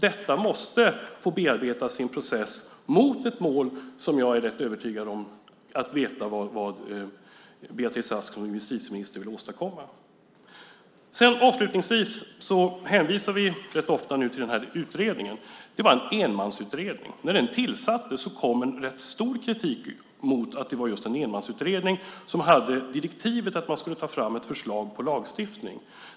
Detta måste få bearbetas i en process. Jag är rätt övertygad om att jag vet vad Beatrice Ask som justitieminister vill åstadkomma. Vi hänvisar rätt ofta till den här utredningen. Det var en enmansutredning. När den tillsattes var kritiken rätt stor mot att det var just en enmansutredning som hade direktivet att man skulle ta fram ett förslag på lagstiftning.